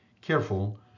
careful